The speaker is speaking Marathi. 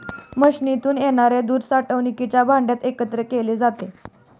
मशीनमधून येणारे दूध साठवणुकीच्या भांड्यात एकत्र केले जाते